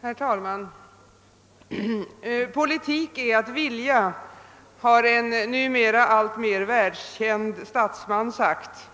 Herr talman! Politik är att vilja, har en numera alltmer världskänd statsman sagt.